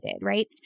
right